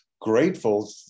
grateful